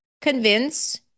Convince